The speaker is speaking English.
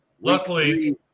luckily